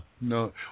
no